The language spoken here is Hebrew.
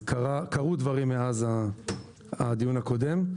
אז קרו דברים מאז הדיון הקודם.